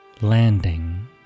landing